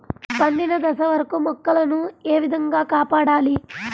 పండిన దశ వరకు మొక్కల ను ఏ విధంగా కాపాడాలి?